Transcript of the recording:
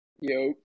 Yo